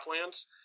lands